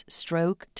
stroke